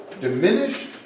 diminished